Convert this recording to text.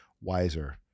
wiser